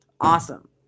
Awesome